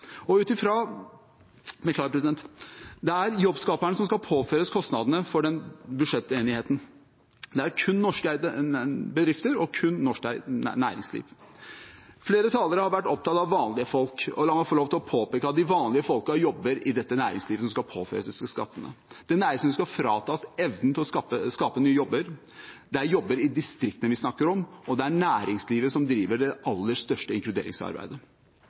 Det er jobbskaperne som skal påføres kostnadene for budsjettenigheten. Det er kun norskeide bedrifter og norskeid næringsliv. Flere talere har vært opptatt av vanlige folk, og la meg få lov til å påpeke at de vanlige folkene jobber i det næringslivet som skal påføres disse skattene, det næringslivet som skal fratas evnen til å skape nye jobber. Det er jobber i distriktene vi snakker om, og det er næringslivet som driver det aller største inkluderingsarbeidet.